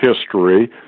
history